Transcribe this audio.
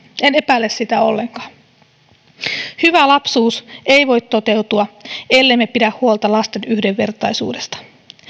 en epäile sitä ollenkaan hyvä lapsuus ei voi toteutua ellemme pidä huolta lasten yhdenvertaisuudesta